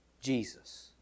Jesus